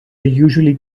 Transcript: usually